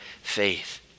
faith